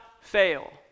fail